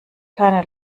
keine